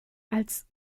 als